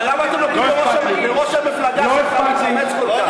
אז למה אתם נותנים לראש המפלגה להתאמץ כל כך?